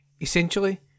Essentially